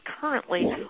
currently